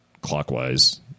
clockwise